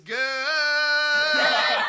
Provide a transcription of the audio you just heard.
good